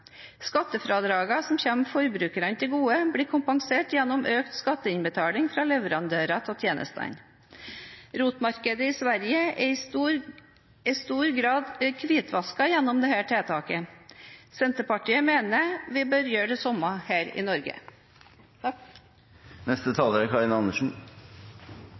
som kommer forbrukerne til gode, blir kompensert gjennom økte skatteinnbetalinger fra leverandørene av tjenestene. ROT-markedet i Sverige er i stor grad hvitvasket gjennom dette tiltaket. Senterpartiet mener vi bør gjøre det samme i Norge. SV kommer også til å stemme for disse forslagene, og vi slutter oss til det som er